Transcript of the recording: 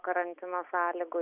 karantino sąlygų